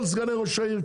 כל סגני ראש העיר,